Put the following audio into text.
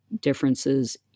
differences